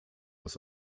aus